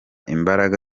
imbaraga